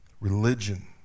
Religion